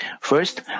First